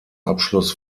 abschluss